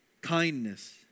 kindness